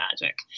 magic